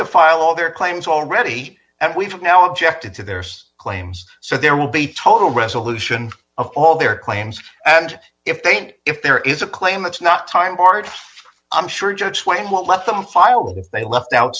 to file all their claims already and we've now objected to there's claims so there will be total resolution of all their claims and if they don't if there is a claim it's not time barred i'm sure judge when what let them file will they left out